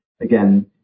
again